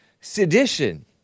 Sedition